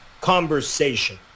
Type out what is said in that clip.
conversation